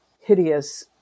hideous